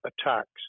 attacks